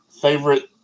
favorite